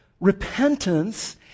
repentance